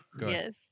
Yes